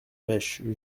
mèche